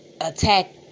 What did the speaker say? attack